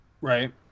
right